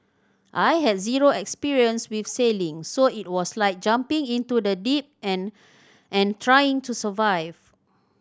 I had zero experience with sailing so it was like jumping into the deep end and trying to survive